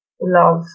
love